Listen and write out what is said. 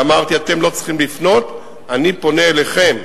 ואמרתי: אתם לא צריכים לפנות, אני פונה אליכם.